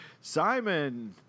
Simon